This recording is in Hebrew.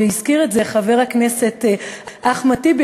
והזכיר את זה חבר הכנסת אחמד טיבי,